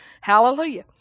Hallelujah